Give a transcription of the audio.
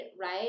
right